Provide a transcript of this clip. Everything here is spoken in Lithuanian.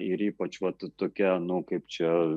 ir ypač vat tokia nu kaip čia